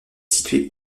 situé